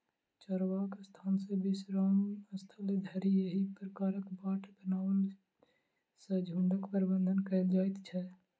चरबाक स्थान सॅ विश्राम स्थल धरि एहि प्रकारक बाट बनओला सॅ झुंडक प्रबंधन कयल जाइत छै